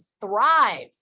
thrive